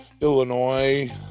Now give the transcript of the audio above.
illinois